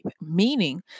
meaning